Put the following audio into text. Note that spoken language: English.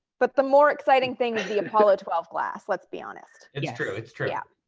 but the more exciting thing that the apollo twelve glass. let's be honest it's true, it's true. yeah.